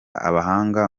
abahanga